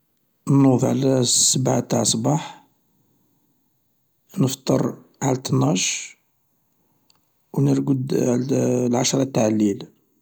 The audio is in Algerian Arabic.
نوض على السبعة انتاع الصباح، نفطر على الطناش، و نرقد على العشرة تاع الليل.